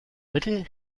mittel